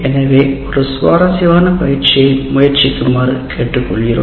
எனவே ஒரு சுவாரஸ்யமான பயிற்சியை முயற்சிக்குமாறு கேட்டுக்கொள்கிறோம்